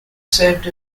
served